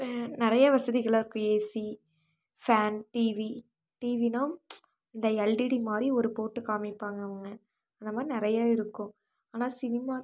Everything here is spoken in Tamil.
நிறையா வசதிகள்லாம் இருக்கும் ஏசி ஃபேன் டிவி டிவினால் இந்த எல்டிடி மாதிரி ஒரு போட்டு காமிப்பாங்க அவங்க அந்த மாதிரி நிறையா இருக்கும் ஆனா சினிமா